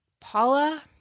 Paula